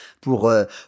pour